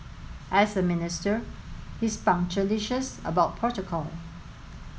as a minister he's punctilious about protocol